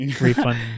refund